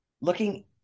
looking